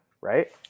right